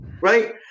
right